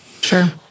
sure